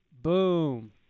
Boom